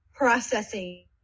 Processing